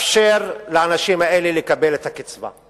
לאפשר לאנשים האלה לקבל את הקצבה.